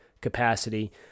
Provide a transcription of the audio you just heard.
capacity